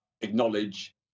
acknowledge